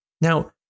Now